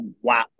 wow